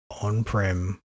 on-prem